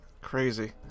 Crazy